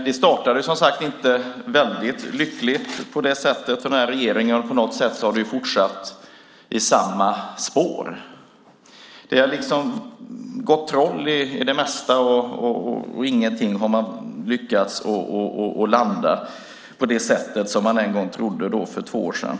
Det startade som sagt var inte så väldigt lyckligt för den här regeringen, och på något sätt har det fortsatt i samma spår. Det har gått troll i det mesta, och ingenting har man lyckats landa på det sätt man trodde för två år sedan.